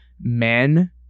men